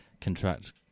contract